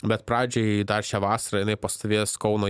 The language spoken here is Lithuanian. bet pradžiai dar šią vasarą jinai pastovės kauno